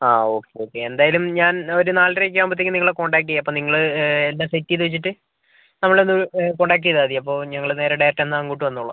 ആ okay okay എന്തായാലും ഞാൻ ഒരു നാലരയൊക്കെ ആകുമ്പോഴത്തേക്ക് നിങ്ങളെ കോൺടാക്ട് ചെയ്യാം അപ്പം നിങ്ങൾ എല്ലം സെറ്റ് ചെയ്ത് വച്ചിട്ട് നമ്മളെയൊന്ന് കോൺടാക്ട് ചെയ്താൽ മതി അപ്പം ഞങ്ങൾ നേരെ ഡയറക്റ്റ് എന്നാൽ അങ്ങോട്ട് വന്നോളാം